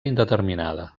indeterminada